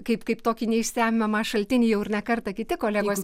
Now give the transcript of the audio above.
kaip kaip tokį neišsemiamą šaltinį jau ir ne kartą kiti kolegos